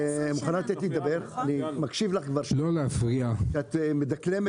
--- אחרי שנותנים להם לחיות כמו שאת רוצה לא שוחטים